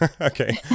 okay